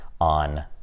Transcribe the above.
on